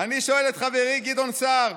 אני שואל את חברי גדעון סער,